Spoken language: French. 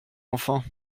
enfant